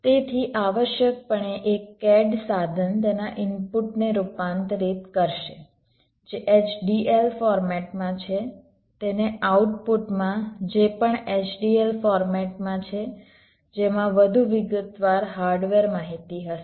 તેથી આવશ્યકપણે એક CAD સાધન તેના ઇનપુટને રૂપાંતરિત કરશે જે HDL ફોર્મેટમાં છે તેને આઉટપુટમાં જે પણ HDL ફોર્મેટમાં છે જેમાં વધુ વિગતવાર હાર્ડવેર માહિતી હશે